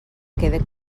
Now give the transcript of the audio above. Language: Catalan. quede